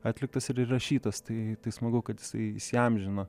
atliktas ir įrašytas tai tai smagu kad jisai įsiamžino